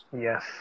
yes